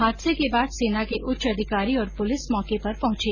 हादसे के बाद सेना के उच्च अधिकारी और पुलिस मौके पर पहुंचे